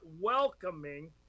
welcoming